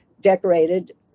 decorated